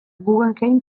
guggenheim